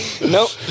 Nope